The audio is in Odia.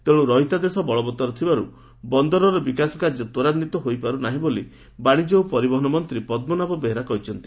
ତେଣ୍ ରହିତାଦେଶ ବଳବତ୍ତର ଥିବାରୁ ବନ୍ଦରର ବିକାଶ କାର୍ଯ୍ୟ ତ୍ୱରାନ୍ୱିତ ହୋଇପାରୁ ନାହିଁ ବୋଲି ବାଶିଜ୍ୟ ଓ ପରିବହନ ମନ୍ତୀ ପଦ୍କନାଭ ବେହେରା କହିଛନ୍ତି